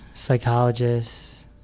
psychologists